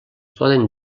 poden